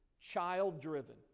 child-driven